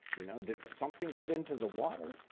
you know, did something get into the water?